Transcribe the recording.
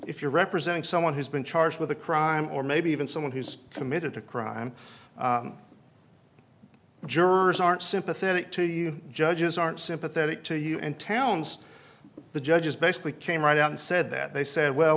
if you're representing someone who's been charged with a crime or maybe even someone who's committed a crime jurors aren't sympathetic to you judges aren't sympathetic to you and townes the judges basically came right out and said that they said well